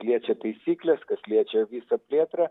liečia taisyklės kas liečia visą plėtrą